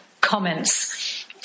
comments